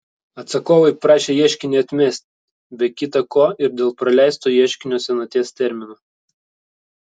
atsakovai prašė ieškinį atmesti be kita ko ir dėl praleisto ieškinio senaties termino